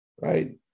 right